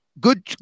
good